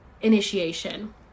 initiation